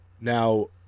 now